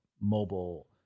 mobile